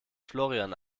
florian